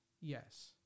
Yes